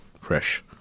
Fresh